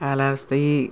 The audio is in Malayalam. കാലാവസ്ഥ ഈ